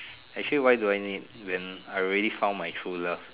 actually why do I need when I already found my true love